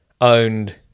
owned